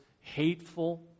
hateful